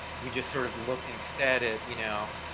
we just sort of looked instead at, you know,